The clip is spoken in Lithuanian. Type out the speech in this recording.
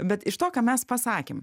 bet iš to ką mes pasakėm